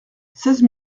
seize